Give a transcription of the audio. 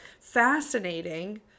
Fascinating